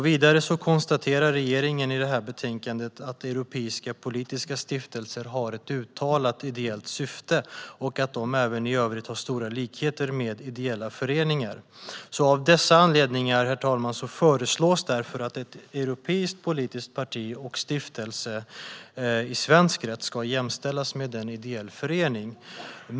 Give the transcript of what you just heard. Vidare konstaterar regeringen att europeiska politiska stiftelser har ett uttalat ideellt syfte och att de även i övrigt har stora likheter med ideella föreningar. Av dessa anledningar, herr talman, föreslås det att ett europeiskt politiskt parti och en europeisk politisk stiftelse i svensk rätt ska jämställas med en ideell förening.